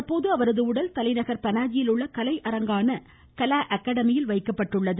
தற்போது அவரது உடல் தலைநகர் பனாஜியில் உள்ள கலை அரங்கமான கலா அகாடமியில் வைக்கப்பட்டுள்ளது